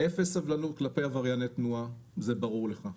אפס סבלנות כלפי עברייני תנועה, זה ברור לך.